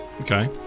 Okay